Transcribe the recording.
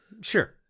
Sure